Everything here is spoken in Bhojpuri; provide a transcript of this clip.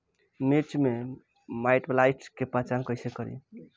मिर्च मे माईटब्लाइट के पहचान कैसे करे?